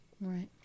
Right